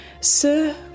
Sir